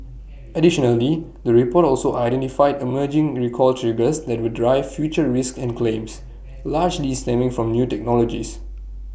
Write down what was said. additionally the report also identified emerging recall triggers that will drive future risks and claims largely stemming from new technologies